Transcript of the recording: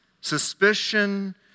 suspicion